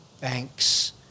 banks